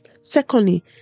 secondly